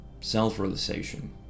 self-realization